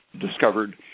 discovered